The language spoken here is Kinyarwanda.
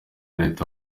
leta